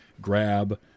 grab